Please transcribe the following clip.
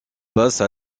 passe